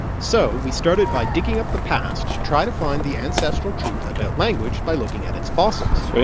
so we started by digging up the past to try to find the ancestral truth about language by looking at its fossils.